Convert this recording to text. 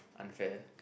unfair